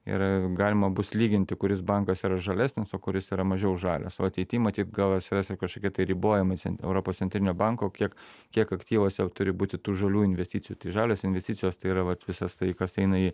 ir galima bus lyginti kuris bankas yra žalesnis o kuris yra mažiau žalias o ateity matyt gal atsiras ir kažkokie tai ribojimai europos centrinio banko kiek kiek aktyvuose turi būti tų žalių investicijų tai žalios investicijos tai yra vat visas tai kas eina į